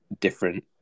different